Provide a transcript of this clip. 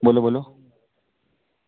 बोल्लो बोल्लो